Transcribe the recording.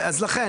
לכן,